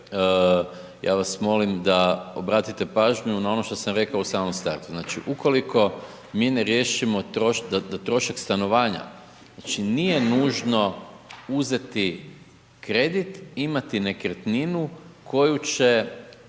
ja vas molim da obratite pažnju na ono što sam rekao u samom startu. Znači ukoliko mi ne riješimo trošak stanovanja znači nije nužno uzeti kredit imati nekretninu koju će,